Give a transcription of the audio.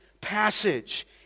passage